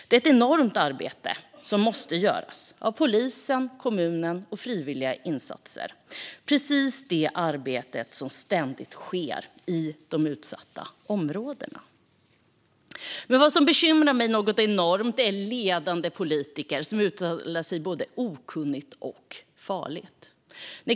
Det är ett enormt arbete som måste göras av polisen, kommunerna och genom frivilliga insatser. Det är precis det arbetet som ständigt sker i de utsatta områdena. Vad som bekymrar mig något enormt är ledande politiker som uttalar sig både okunnigt och farligt.